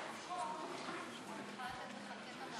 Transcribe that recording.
היושבת-ראש, חבריי חברי הכנסת,